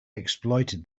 exploited